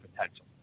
potential